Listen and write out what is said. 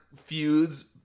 feuds